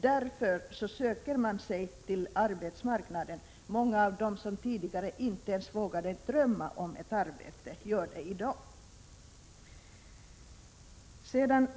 Därför söker man sig till arbetsmarknaden. Många av dem som tidigare inte ens vågat drömma om ett arbete gör det i dag.